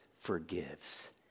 forgives